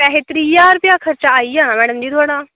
वैसे त्रीह् ज्हार खर्चा मिगी लगदा आई गै जाना थुआढ़ा